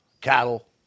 cattle